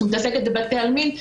שמתעסקת בבתי עלמין,